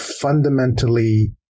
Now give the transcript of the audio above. fundamentally